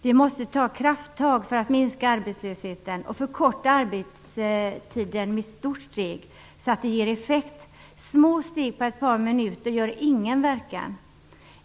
Vi måste ta krafttag för att minska arbetslösheten och förkorta arbetstiden med ett stort steg, så att det ger effekt. Små steg på ett par minuter gör ingen verkan.